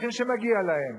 הנכים שמגיע להם.